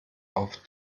auf